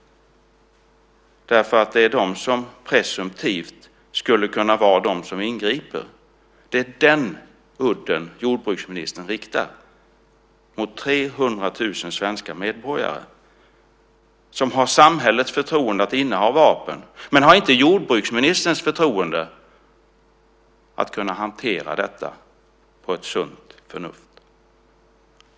Det är de som presumtivt skulle kunna ingripa. Det är den udden jordbruksministern riktar mot 300 000 svenska medborgare som har samhällets förtroende att inneha vapen. Men de har inte jordbruksministerns förtroende att kunna hantera detta på ett sunt sätt.